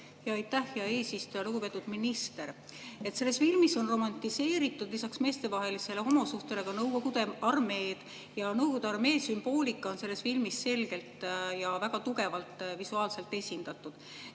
Aitäh, hea eesistuja! Lugupeetud minister! Selles filmis on romantiseeritud lisaks meestevahelisele homosuhtele ka Nõukogude armeed ja Nõukogude armee sümboolika on selles filmis selgelt ja väga tugevalt visuaalselt esindatud.